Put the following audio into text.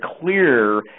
clear